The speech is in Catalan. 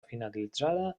finalitzada